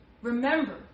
Remember